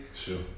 sure